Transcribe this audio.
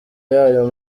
yayo